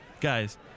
Guys